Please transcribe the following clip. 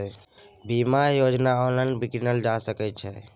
बीमा योजना ऑनलाइन कीनल जा सकै छै?